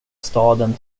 staden